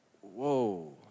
whoa